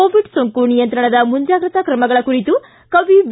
Covid ಸೋಂಕು ನಿಯಂತ್ರಣದ ಮುಂಜಾಗ್ರತಾ ಕ್ರಮಗಳ ಕುರಿತು ಕವಿ ವಿ